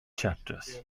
chapters